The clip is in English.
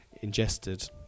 ingested